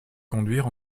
conduire